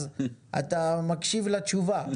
אתה מקשיב לתשובה.